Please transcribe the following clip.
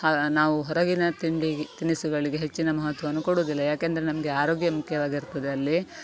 ಹಾ ನಾವು ಹೊರಗಿನ ತಿಂಡಿ ತಿನಿಸುಗಳಿಗೆ ಹೆಚ್ಚಿನ ಮಹತ್ವವನ್ನು ಕೊಡುವುದಿಲ್ಲ ಏಕೆಂದ್ರೆ ನಮಗೆ ಆರೋಗ್ಯ ಮುಖ್ಯವಾಗಿರ್ತದೆ ಅಲ್ಲಿ